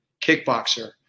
kickboxer